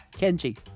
Kenji